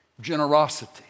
Generosity